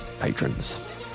patrons